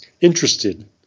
interested